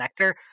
connector